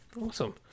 awesome